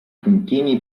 puntini